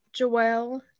Joelle